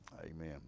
Amen